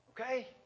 okay